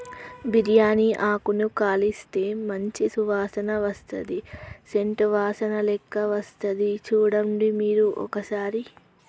బిరియాని ఆకును కాలిస్తే మంచి సువాసన వస్తది సేంట్ వాసనలేక్క వస్తది చుడండి మీరు ఒక్కసారి